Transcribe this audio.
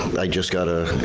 i just got a. a